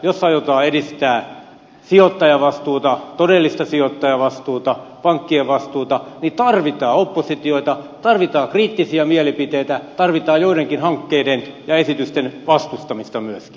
jos aiotaan edistää sijoittajavastuuta todellista sijoittajavastuuta pankkien vastuuta niin tarvitaan oppositiota tarvitaan kriittisiä mielipiteitä tarvitaan joidenkin hankkeiden ja esitysten vastustamista myöskin